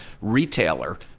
retailer